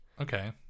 okay